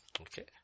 Okay